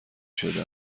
شده